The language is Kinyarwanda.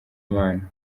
imana